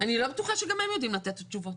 אני לא בטוחה שגם הם יודעים לתת את התשובות.